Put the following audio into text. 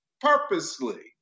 purposely